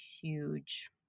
huge